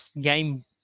game